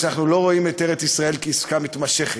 שאנחנו לא רואים את ארץ-ישראל כעסקה מתמשכת.